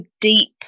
deep